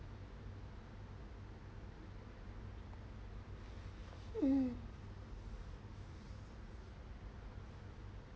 mm